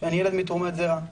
שאני ילד מתרומת זרע.